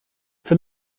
for